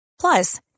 Plus